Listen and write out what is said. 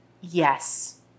yes